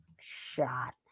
shot